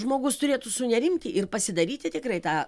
žmogus turėtų sunerimti ir pasidaryti tikrai tą